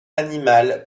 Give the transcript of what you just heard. animale